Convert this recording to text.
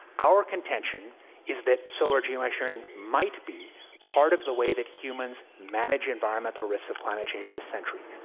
our contention is that solar geoengineering might be part of the way that humans manage environmental risks of climate change this century,